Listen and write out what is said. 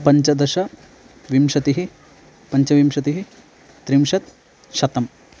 पञ्चदश विंशतिः पञ्चविंशतिः त्रिंशत् शतम्